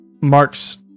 Mark's